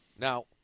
Now